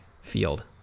field